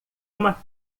uma